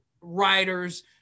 writers